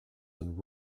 and